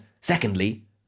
secondly